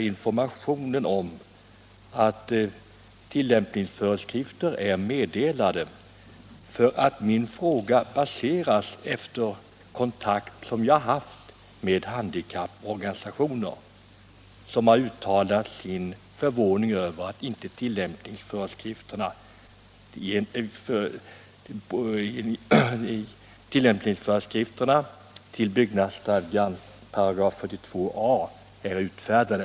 Informationen om att tillämpningsföreskrifter är meddelade har tydligen inte nått ut, för jag har ställt min fråga efter kontakt som jag haft med handikapporganisationer, vilka har uttalat sin förvåning över att tillämpningsföreskrifterna till byggnadsstadgans 42 a § inte är utfärdade.